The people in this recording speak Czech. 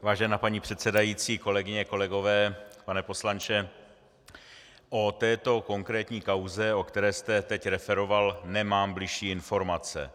Vážená paní předsedající, kolegyně, kolegové, pane poslanče, o této konkrétní kauze, o které jste teď referoval, nemám bližší informace.